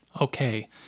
okay